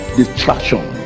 distraction